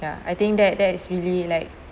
ya I think that that is really like